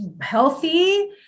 healthy